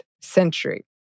century